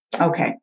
Okay